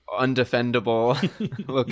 undefendable